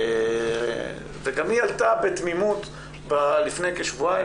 וגם היא עלתה בתמימות לפני כשבועיים,